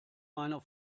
meiner